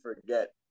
forget